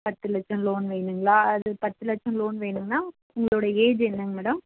பத்து லட்சம் லோன் வேணுங்களா அது பத்து லட்சம் லோன் வேணுன்னால் உங்களோடய ஏஜ் என்னங்க மேடோம்